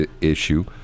issue